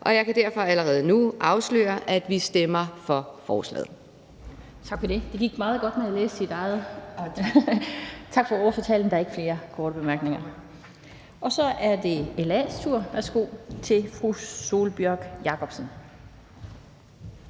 og jeg kan derfor allerede nu afsløre, at vi stemmer for forslaget. Kl. 11:36 Den fg. formand (Annette Lind): Det gik meget godt med at læse det op. Tak for ordførertalen. Der er ingen korte bemærkninger. Så er det LA's tur. Værsgo til fru Sólbjørg Jakobsen.